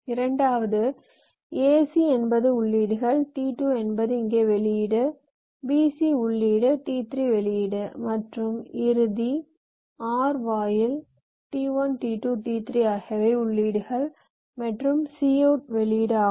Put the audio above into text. இரண்டாவது a c என்பது உள்ளீடுகள் t2 என்பது இங்கே வெளியீடு b c உள்ளீடு t3 வெளியீடு மற்றும் இறுதி OR வாயில் t1 t2 t3 ஆகியவை உள்ளீடுகள் மற்றும் cy out வெளியீடு ஆகும்